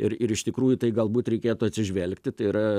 ir ir iš tikrųjų į tai galbūt reikėtų atsižvelgti tai yra